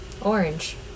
orange